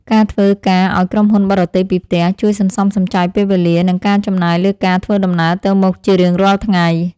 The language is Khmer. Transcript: ការធ្វើការឱ្យក្រុមហ៊ុនបរទេសពីផ្ទះជួយសន្សំសំចៃពេលវេលា និងការចំណាយលើការធ្វើដំណើរទៅមកជារៀងរាល់ថ្ងៃ។